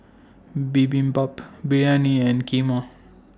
Bibimbap Biryani and Kheema